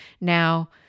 Now